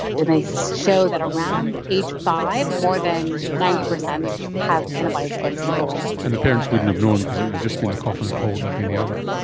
and they show that around aged five more than ninety percent have antibodies against influenza. and the parents wouldn't have known because it would have just been a cough and a cold like any other.